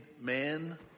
man